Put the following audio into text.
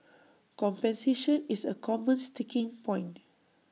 compensation is A common sticking point